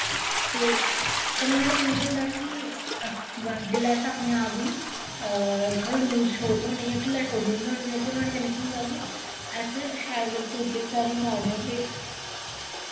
ते कन्नै नोहाड़ै कन्नै केह् होंदा कि जिसलै अस अपने आप गी थोह्ड़ा लूज़ छोड़नें होन्ने ढिल्ला छोड़नें होन्ने ते नोहाड़े कन्नै केह् होंदा कि अस शैल तरीके दी तारी मारने होन्ने